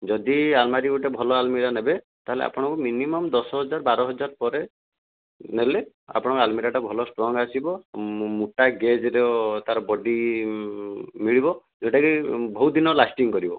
ଯଦି ଆଲମାରି ଗୋଟେ ଭଲ ଆଲମିରା ନେବେ ତାହେଲେ ଆପଣଙ୍କୁ ମିନିମମ ଦଶହଜାର ବାରହଜାର ପରେ ନେଲେ ଆପଣଙ୍କ ଆଲମିରାଟା ଭଲ ଷ୍ଟ୍ରଙ୍ଗ ଆସିବ ମୋଟା ଗେଜେର ତା'ର ବଡି ମିଳିବ ଯେଉଁଟା କି ବହୁତ ଦିନ ଲାଷ୍ଟିଙ୍ଗ କରିବ